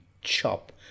chop